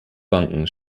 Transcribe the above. banken